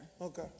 okay